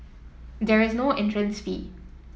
there is no entrance fee